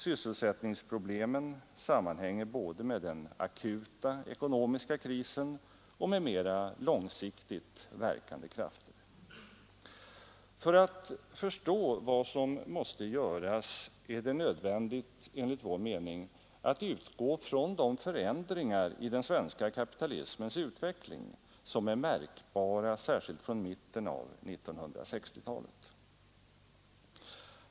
Sysselsättningsproblemen sammanhänger både med den akuta ekonomiska krisen och med mera långsiktigt verkande krafter. För att förstå vad som måste göras är det enligt vår mening nödvändigt att utgå ifrån de förändringar i den svenska kapitalismens utveckling som är märkbara särskilt från mitten av 1960-talet.